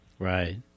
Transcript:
Right